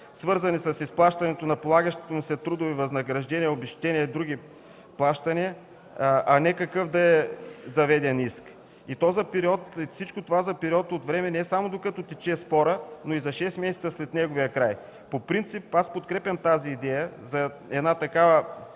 свързани с изплащането на полагащото му се трудово възнаграждение, обезщетение и други плащания, а не какъв да е заведен иск, и то всичко това за период от време не само докато тече спорът, но и за 6 месеца след неговия край. По принцип подкрепям идеята за такава